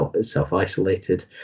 self-isolated